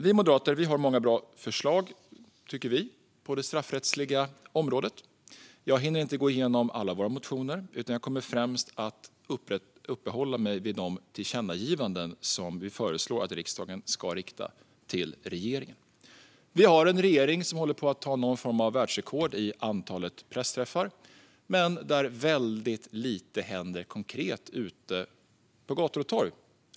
Vi moderater har många bra förslag, tycker vi, på det straffrättsliga området. Jag hinner inte gå igenom alla våra motioner, utan jag kommer främst att uppehålla mig vid de tillkännagivanden som vi föreslår att riksdagen ska rikta till regeringen. Vi har en regering som håller på att sätta någon form av världsrekord i antal pressträffar, men det händer väldigt lite konkret ute på gator och torg.